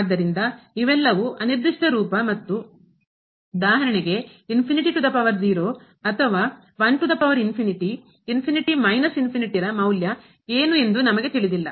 ಆದ್ದರಿಂದ ಇವೆಲ್ಲವೂ ಅನಿರ್ದಿಷ್ಟ ರೂಪ ಮತ್ತು ಉದಾಹರಣೆಗೆ ಅಥವಾ ರ ಮೌಲ್ಯ ಏನು ಎಂದು ನಮಗೆ ತಿಳಿದಿಲ್ಲ